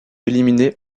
éliminé